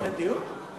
אין דיון?